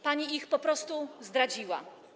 Pani ich po prostu zdradziła.